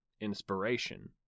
inspiration